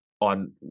on